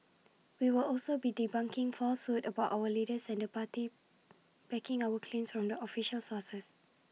we will also be debunking falsehoods about our leaders and the party backing our claims from the official sources